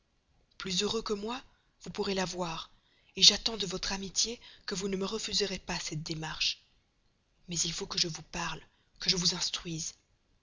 plus heureux que moi vous pourrez la voir j'attends de votre amitié que vous ne me refuserez pas cette démarche mais il faut que je vous parle que je vous instruise